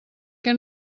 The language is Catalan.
què